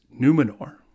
Numenor